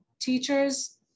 teachers